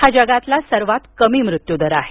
हा जगातील सर्वात कमी मृत्यूदर आहे